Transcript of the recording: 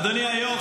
אדוני היו"ר,